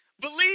believe